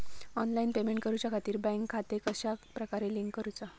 Online payment करुच्याखाती bank खाते कश्या प्रकारे लिंक करुचा?